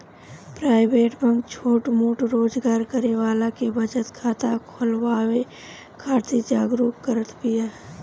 private bank छोट मोट रोजगार करे वाला के बचत खाता खोलवावे खातिर जागरुक करत बिया